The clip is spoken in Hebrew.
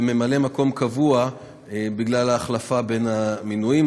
וממלא מקום קבוע אחד, בגלל ההחלפה בין המינויים.